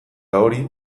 hori